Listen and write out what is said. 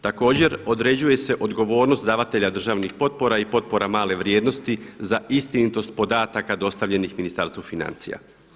Također određuje se odgovornost davatelja državnih potpora i potpora male vrijednosti za istinitost podataka dostavljenih Ministarstvu financija.